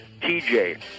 TJ